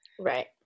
Right